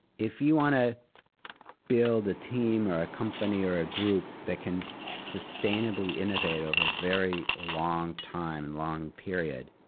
if you want to build a team or a company or a group that can sustainably innovate over a very long time and long period,